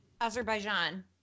Azerbaijan